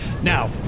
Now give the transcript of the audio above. Now